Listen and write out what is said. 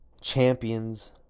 champions